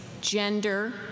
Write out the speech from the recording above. gender